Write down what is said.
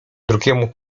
drugiemu